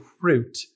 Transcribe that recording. fruit